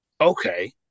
Okay